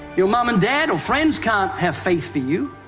your mom and dad or friends can't have faith for you.